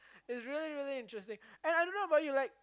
it's really really interesting and I don't know about you like